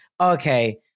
okay